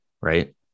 right